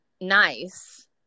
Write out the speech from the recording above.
nice